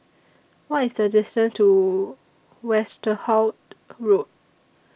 What IS The distance to Westerhout Road